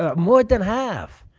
ah more than half